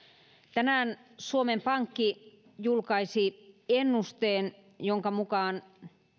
tänään suomen pankki julkaisi ennusteen jonka mukaan